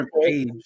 page